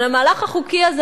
אבל המהלך החוקי הזה,